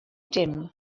dim